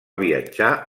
viatjar